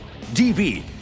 DV